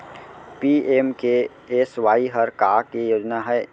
PMKSY हर का के योजना हे?